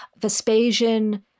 Vespasian